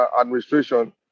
administration